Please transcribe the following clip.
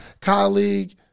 colleague